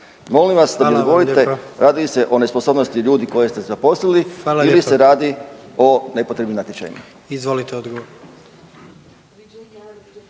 Molim vas da mi odgovorite radi li se o nesposobnosti ljudi koje ste zaposlili ili …/Upadica predsjednik: